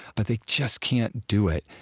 but they just can't do it.